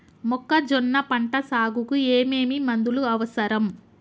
మొక్కజొన్న పంట సాగుకు ఏమేమి మందులు అవసరం?